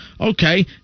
Okay